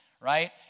right